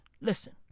listen